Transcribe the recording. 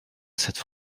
cette